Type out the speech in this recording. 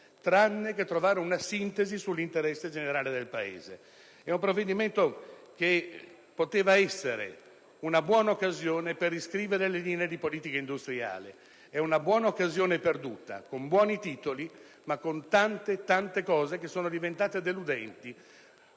ma non trovare una sintesi sull'interesse generale del Paese. È un provvedimento che poteva essere una buona occasione per riscrivere le linee di politica industriale; è una buona occasione perduta, con buoni titoli, ma con tante, tante cose che sono diventate deludenti,